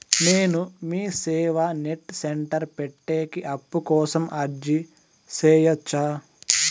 నేను MeeSeva net centre పెట్టేకి అప్పు కోసం అర్జీ సేయొచ్చా?